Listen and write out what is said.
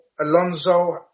Alonso